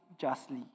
justly